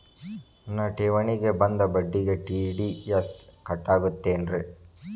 ನನ್ನ ಠೇವಣಿಗೆ ಬಂದ ಬಡ್ಡಿಗೆ ಟಿ.ಡಿ.ಎಸ್ ಕಟ್ಟಾಗುತ್ತೇನ್ರೇ?